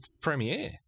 premiere